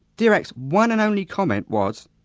dirac's one and only comment was,